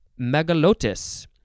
megalotis